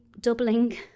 Doubling